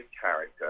character